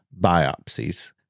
biopsies